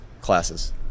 classes